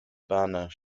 banner